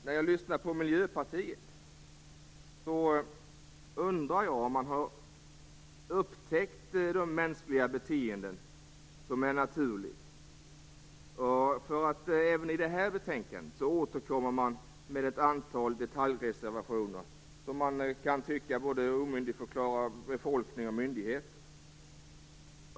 När jag lyssnar på Miljöpartiet undrar jag om man har upptäckt de mänskliga beteenden som är naturliga. Även i det här betänkandet återkommer man med ett antal detaljreservationer, som man kan tycka omyndigförklarar både befolkning och myndigheter.